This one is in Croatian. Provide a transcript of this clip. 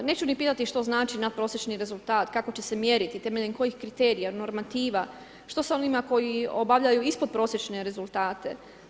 Neću ni pitati što znači natprosječni rezultat, kako će se mjeriti, temeljem koji kriterija, normativa, što s onima koji obavljaju ispodprosječne rezultate.